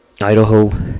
Idaho